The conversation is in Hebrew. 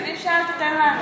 אבל אם שאלת, תן לענות.